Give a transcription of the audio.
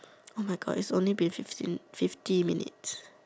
oh my God it's only been sixteen fifty minutes